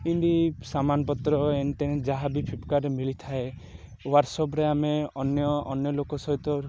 ଏମିତି ସାମାନପତ୍ର ଏମିତି ଯାହା ବି ଫ୍ଲିପକାର୍ଟରେ ମିଳିଥାଏ ହ୍ୱାଟ୍ସାପରେ ଆମେ ଅନ୍ୟ ଅନ୍ୟ ଲୋକ ସହିତ